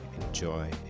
enjoy